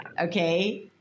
Okay